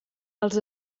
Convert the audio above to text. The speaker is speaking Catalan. els